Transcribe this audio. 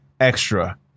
extra